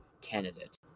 candidate